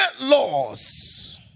laws